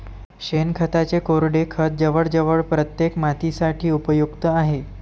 शेणखताचे कोरडे खत जवळजवळ प्रत्येक मातीसाठी उपयुक्त आहे